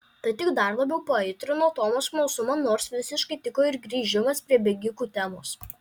tai tik dar labiau paaitrino tomo smalsumą nors visiškai tiko ir grįžimas prie bėgikų temos